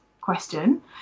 question